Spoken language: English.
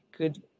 good